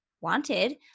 wanted